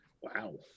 Wow